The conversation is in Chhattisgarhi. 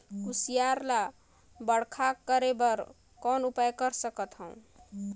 कुसियार ल बड़खा करे बर कौन उपाय कर सकथव?